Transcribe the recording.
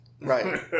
Right